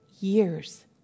years